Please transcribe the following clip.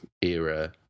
era